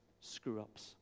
screw-ups